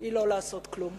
היא לא לעשות כלום.